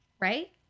right